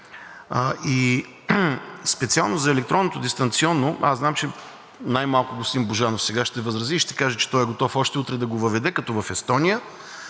Специално за електронното дистанционно знам, че… Най- малко господин Божанов сега ще възрази и ще каже, че той е готов още утре да го въведе както в Естония.